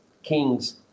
Kings